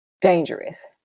dangerous